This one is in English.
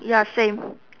ya same